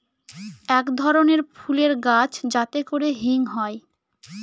এক ধরনের ফুলের গাছ যাতে করে হিং হয়